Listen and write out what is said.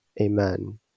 Amen